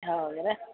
ಹೌದ್ರಾ